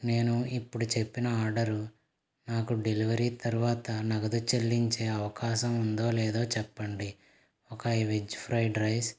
నేను ఇప్పుడు చెప్పిన ఆర్డరు నాకు డెలివరీ తర్వాత నగదు చెల్లించే అవకాశం ఉందో లేదో చెప్పండి ఒక వెజ్ ఫ్రైడ్రైస్